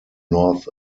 north